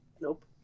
Nope